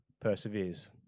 perseveres